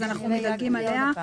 אז אנחנו מדגלים עליה.